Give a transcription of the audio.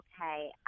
okay